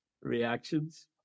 reactions